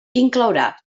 inclourà